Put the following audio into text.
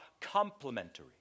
complementary